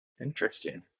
Interesting